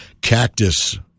Cactus